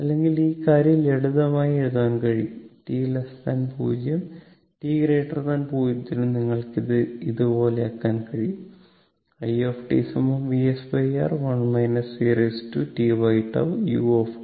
അല്ലെങ്കിൽ ഈ കാര്യം ലളിതമായി എഴുതാൻ കഴിയും t 0 t 0 നു നിങ്ങൾക്ക് ഇത് ഇതുപോലെയാക്കാൻ കഴിയും i VsR1 e tτ u